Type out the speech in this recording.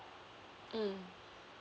mm